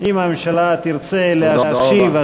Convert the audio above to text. אם הממשלה תרצה להשיב,